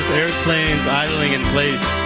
airplanes idling in place,